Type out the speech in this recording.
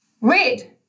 Red